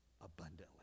abundantly